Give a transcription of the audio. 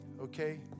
Okay